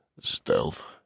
Stealth